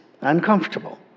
uncomfortable